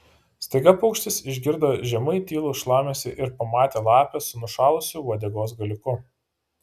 staiga paukštis išgirdo žemai tylų šlamesį ir pamatė lapę su nušalusiu uodegos galiuku